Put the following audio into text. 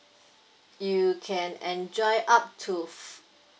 you can enjoy up to